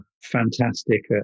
fantastic